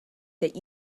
that